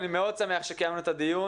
אני מאוד שמח שקיימנו את הדיון.